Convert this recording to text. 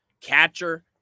Catcher